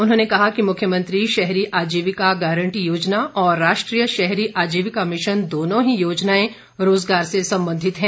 उन्होंने कहा कि मुख्यमंत्री शहरी आजीविका गारंटी योजना और राष्ट्रीय शहरी आजीविका मिशन दोनों ही योजनाएं रोजगार से संबंधित हैं